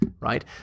right